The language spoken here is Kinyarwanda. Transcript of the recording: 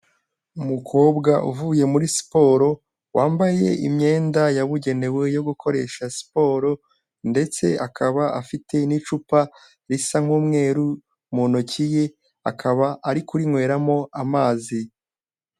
Umukobwa uvuye muri siporo, wambaye imyenda yabugenewe yo gukoresha siporo ndetse akaba afite n'icupa risa nk'umweru mu ntoki ye, akaba ari kurinyweramo amazi.